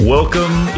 Welcome